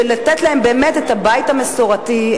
באמת לתת להם את הבית המסורתי,